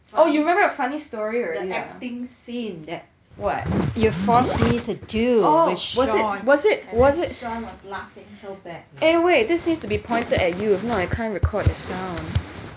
oh you remember a funny story already ah oh was it was it was it eh wait this needs to be pointed at you if not I can't record the sound